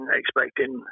expecting